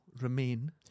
remain